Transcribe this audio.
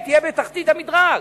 היא תהיה בתחתית המדרג.